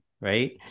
Right